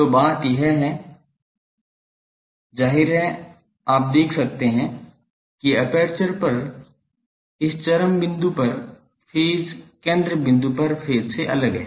तो बात यह है जाहिर है यहाँ आप देख सकते हैं कि एपर्चर पर इस चरम बिंदु पर फेज केंद्र बिंदु पर फेज से अलग है